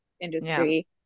industry